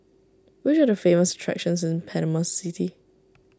which are the famous attractions in Panama City